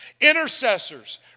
Intercessors